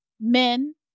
men